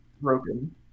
broken